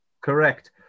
Correct